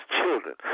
children